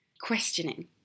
questioning